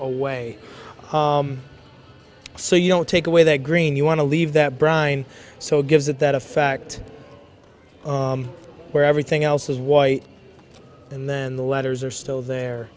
away so you don't take away the green you want to leave that brine so it gives it that a fact where everything else is white and then the letters are still there